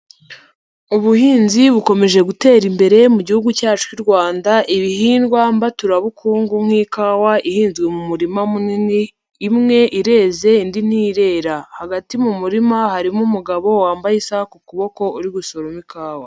Ubuhinzi bukomeje gutera imbere mu Gihugu cyacu cy'u Rwanda, ibihingwa mbaturabukungu nk'ikawa ihinzwe mu murima munini imwe ireze indi ntirera, hagati mu murima harimo umugabo wambaye isaha ku kuboko uri gusuroma ikawa.